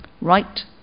Right